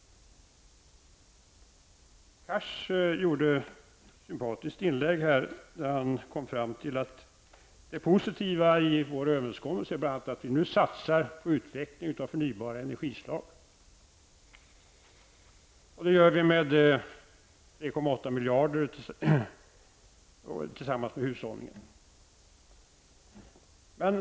Herr Cars gjorde ett sympatiskt inlägg här och han kom fram till att det positiva i vår överenskommelse är att vi bl.a. satsat på utveckling av förnybara energislag. Det gör vi med 3,8 miljarder kronor tillsammans med hushållen.